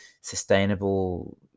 sustainable